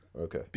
Okay